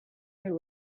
your